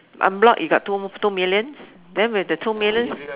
en-bloc you got two two millions then with the two millions